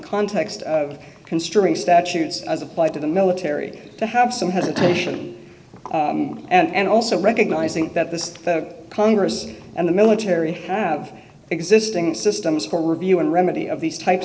context of construing statutes as applied to the military to have some hesitation and also recognizing that this congress and the military have existing systems for review and remedy of these types